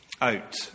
out